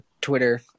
Twitter